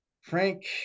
frank